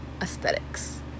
aesthetics